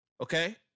okay